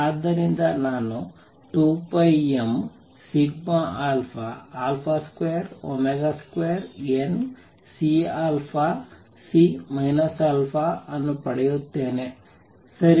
ಆದ್ದರಿಂದ ನಾನು 2πm22CC α ಅನ್ನು ಪಡೆಯುತ್ತೇನೆ ಸರಿ